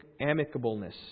amicableness